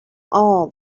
all